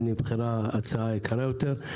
ונבחרה ההצעה היקרה יותר.